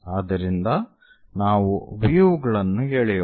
ಆದ್ದರಿಂದ ನಾವು ವ್ಯೂ ಗಳನ್ನು ಎಳೆಯೋಣ